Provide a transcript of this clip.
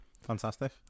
Fantastic